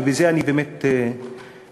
ובזה אני באמת אסיים,